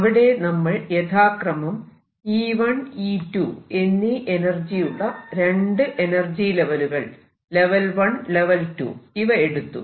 അവിടെ നമ്മൾ യഥാക്രമം E1 E2 എന്നീ എനർജിയുള്ള രണ്ടു എനർജി ലെവലുകൾ ലെവൽ 1 ലെവൽ 2 ഇവ എടുത്തു